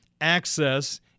access